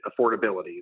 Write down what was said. affordability